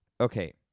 Okay